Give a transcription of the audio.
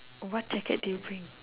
what jacket did you bring